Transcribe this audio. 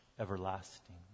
everlasting